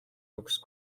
აქვს